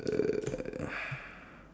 uh